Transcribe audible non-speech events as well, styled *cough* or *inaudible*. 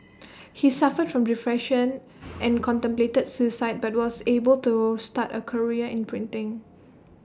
*noise* he suffered from depression *noise* and contemplated suicide but was able to start A career in printing